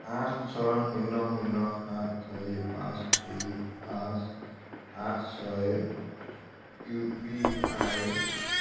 আঠ ছয় শূন্য শূন্য সাত চাৰি পাঁচ দুই পাঁচ আঠ ছয় ইউ পি আই